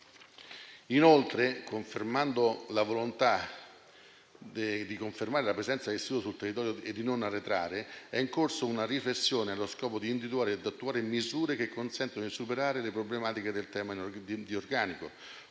Inoltre, rinsaldando la volontà di confermare la presenza dell'istituto sul territorio e di non arretrare, è in corso una riflessione allo scopo di individuare ed attuare misure che consentano di superare le problematiche in ordine di organico.